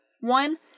One